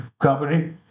Company